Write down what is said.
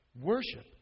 Worship